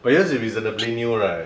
but yours is reasonably new right